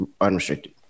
unrestricted